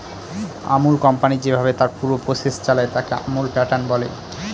Amul company যেভাবে তার পুরো প্রসেস চালায়, তাকে আমুল প্যাটার্ন বলে